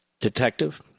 detective